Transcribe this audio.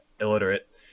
illiterate